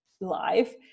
live